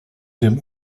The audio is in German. dem